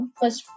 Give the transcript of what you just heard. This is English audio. first